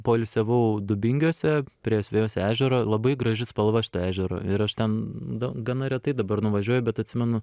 poilsiavau dubingiuose prie asvejos ežero labai graži spalva šito ežero ir aš ten gana retai dabar nuvažiuoju bet atsimenu